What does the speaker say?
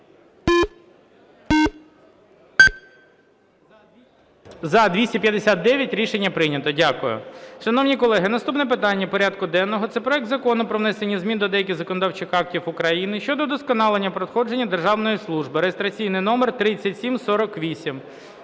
За-259 Рішення прийнято. Дякую. Шановні колеги, наступне питання порядку денного – це проект Закону про внесення змін до деяких законодавчих актів України щодо удосконалення проходження державної служби (реєстраційний номер 3748).